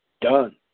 done